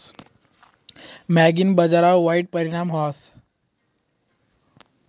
म्हागायीना बजारवर वाईट परिणाम व्हस